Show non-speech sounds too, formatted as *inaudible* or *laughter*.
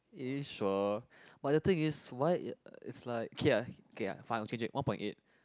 it is sure but the thing is why *noise* is like okay ah okay ah fine I'll change it one point eight